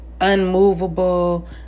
unmovable